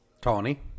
Tony